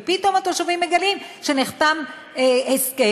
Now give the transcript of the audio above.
ופתאום התושבים מגלים שנחתם הסכם,